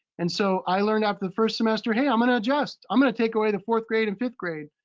and so i learned after the first semester, hey, i'm gonna adjust. i'm gonna take away the fourth grade and fifth grade,